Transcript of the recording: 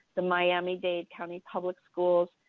the miami dade county public schools,